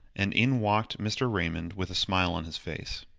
and in walked mr. raymond with a smile on his face.